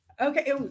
Okay